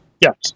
Yes